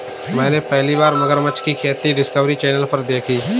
मैंने पहली बार मगरमच्छ की खेती डिस्कवरी चैनल पर देखी